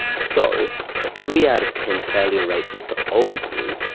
so a three out of ten failure rate with the old glue,